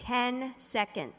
ten second